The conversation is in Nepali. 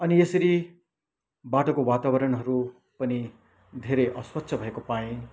अनि यसरी बाटोको वातावरणहरू पनि धेरै अस्वच्छ भएको पाएँ